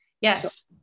yes